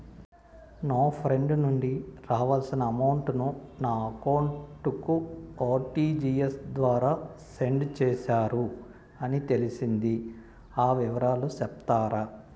నా ఫ్రెండ్ నుండి రావాల్సిన అమౌంట్ ను నా అకౌంట్ కు ఆర్టిజియస్ ద్వారా సెండ్ చేశారు అని తెలిసింది, ఆ వివరాలు సెప్తారా?